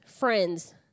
friends